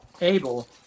able